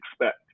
expect